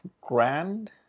grand